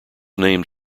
named